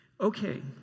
Okay